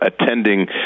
attending